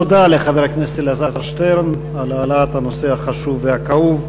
תודה לחבר הכנסת אלעזר שטרן על העלאת הנושא החשוב והכאוב.